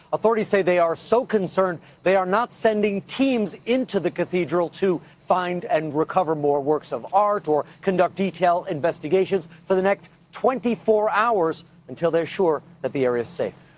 authorities say they are so concerned that they are not sending teams into the cathedral to find and recover more works of art or conduct detailed investigations for the next twenty four hours until they're sure that the area is safe.